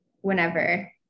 Whenever